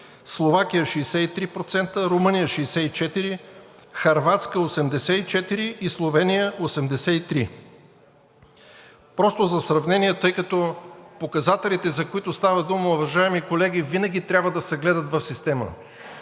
Словакия е 63%, в Румъния е 64%, в Хърватска е 84% и в Словения е 83%. Просто за сравнение, тъй като показателите, за които става дума, уважаеми колеги, винаги трябва да се гледат в система,